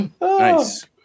nice